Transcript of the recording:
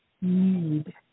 need